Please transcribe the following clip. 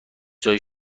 جای